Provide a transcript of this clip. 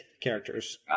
characters